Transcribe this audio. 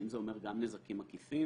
האם זה אומר גם נזקים עקיפים?